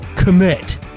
Commit